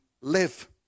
live